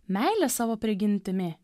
meilė savo prigimtimi